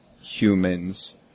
humans